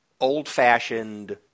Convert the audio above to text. old-fashioned